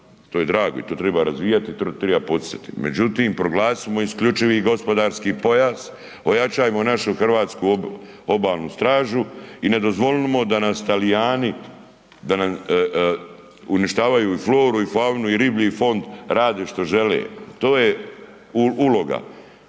to je drago i to treba razvijati i to treba poticati međutim proglasimo isključivi gospodarski pojas, ojačajmo našu hrvatsku Obalnu stražu i ne dozvolimo da nas Talijani uništavaju i floru i faunu i riblji fond, rade što žele. To je uloga.